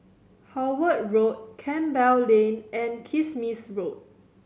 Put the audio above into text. Howard Road Campbell Lane and Kismis Road